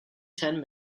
ten